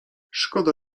szkoda